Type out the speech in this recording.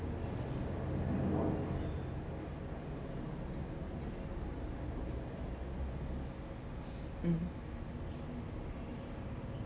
mm